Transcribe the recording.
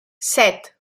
set